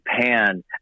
Japan